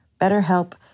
BetterHelp